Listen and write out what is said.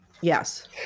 yes